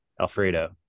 alfredo